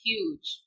Huge